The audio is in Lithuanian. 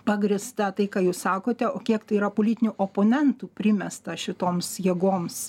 pagrįsta tai ką jūs sakote o kiek tai yra politinių oponentų primesta šitoms jėgoms